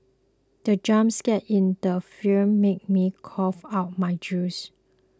the jump scare in the film made me cough out my juice